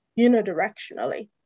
unidirectionally